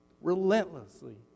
relentlessly